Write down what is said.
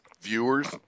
Viewers